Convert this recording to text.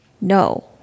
No